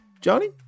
johnny